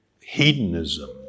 hedonism